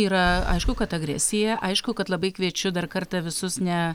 yra aišku kad agresija aišku kad labai kviečiu dar kartą visus ne